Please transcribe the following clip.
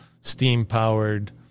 steam-powered